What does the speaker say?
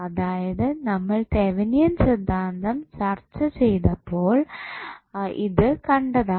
അതായത് നമ്മൾ തെവനിയൻ സിദ്ധാന്തം ചർച്ച ചെയ്തപ്പോൾ ഇത് കണ്ടതാണ്